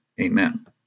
amen